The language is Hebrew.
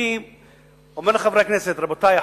אני אומר לחברי הכנסת: רבותי,